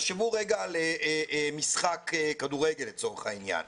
על משחק כדורגל לצורך העניין.